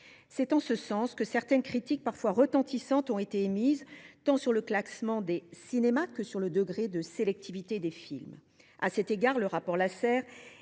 C’est en ce sens que certaines critiques, parfois retentissantes, ont été émises tant sur le classement des cinémas que sur le degré de sélectivité des films. À cet égard, le rapport Lasserre